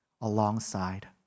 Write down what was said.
alongside